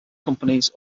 companies